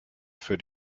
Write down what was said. für